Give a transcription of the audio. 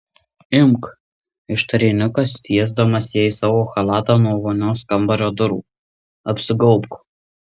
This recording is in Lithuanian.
imk ištarė nikas tiesdamas jai savo chalatą nuo vonios kambario durų apsigaubk